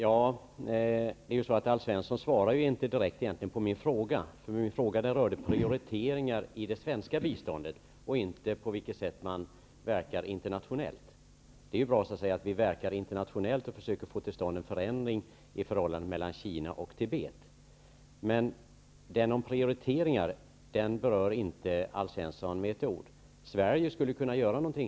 Herr talman! Alf Svensson svarade inte direkt på min fråga. Min fråga gällde prioriteringar i det svenska biståndet och inte på vilket sätt man verkar internationellt. Det är i och för sig bra att vi verkar internationellt och försöker få till stånd en förändring i förhållandet mellan Kina och Tibet. Frågan om prioriteringar berörde dock Alf Svensson inte med ett ord. Sverige skulle kunna göra något.